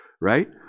right